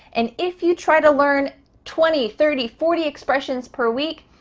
and if you try to learn twenty, thirty, forty expressions per week,